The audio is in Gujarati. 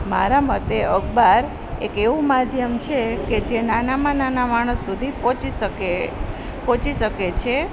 મારા મતે અખબાર એક એવું માધ્યમ છે કેજે નાનામાં નાના માણસ સુધી પહોંચી શકે પહોંચી શકે છે